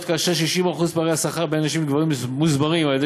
כ-60% מפערי השכר בין נשים לגברים מוסברים על-ידי